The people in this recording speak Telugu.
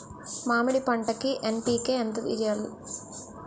మామిడి పంటకి ఎన్.పీ.కే ఎంత వెయ్యాలి?